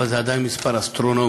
אבל זה עדיין מספר אסטרונומי,